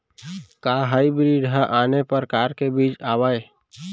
का हाइब्रिड हा आने परकार के बीज आवय?